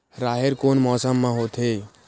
राहेर कोन मौसम मा होथे?